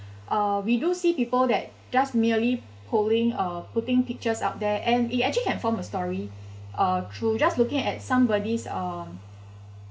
uh we do see people that just merely holding uh putting pictures out there and it actually can form a story uh through just looking at somebody's um